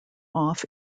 off